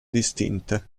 distinte